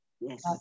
Yes